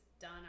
done